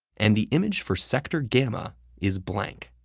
and the image for sector gamma is blank.